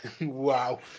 Wow